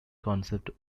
concept